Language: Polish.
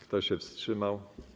Kto się wstrzymał?